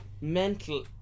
mental